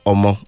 Omo